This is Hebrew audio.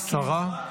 שרה?